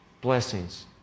blessings